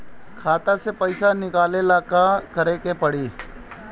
खाता से पैसा निकाले ला का का करे के पड़ी?